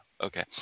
okay